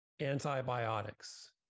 antibiotics